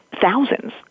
thousands